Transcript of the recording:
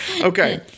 okay